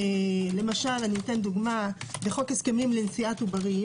למשל, בחוק הסכמים לנשיאת עוברים